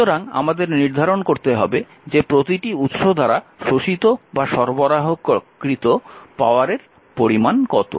সুতরাং আমাদের নির্ধারণ করতে হবে যে প্রতিটি উৎস দ্বারা শোষিত বা সরবরাহ করা পাওয়ারের পরিমান কত